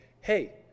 hey